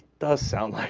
does sound like